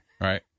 Right